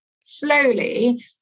slowly